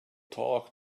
talk